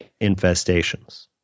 infestations